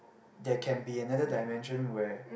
there can be another dimension where